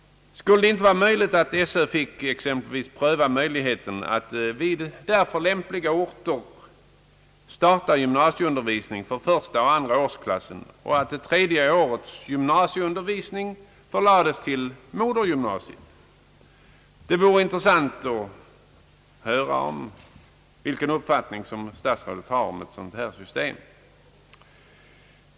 Skulle det inte vara möjligt att exempelvis låta skolöverstyrelsen pröva möjligheten att på därför lämpliga orter starta gymnasieundervisning för första och andra årsklassen i sådana filialer och att under det tredje året förlägga gymnasieundervisningen till modergymnasiet? Det vore intressant att höra statsrådets uppfattning om ett sådant system.